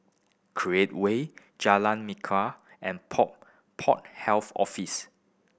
Create Way Jalan Minkya and Port Port Health Office